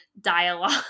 dialogue